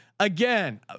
Again